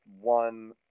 one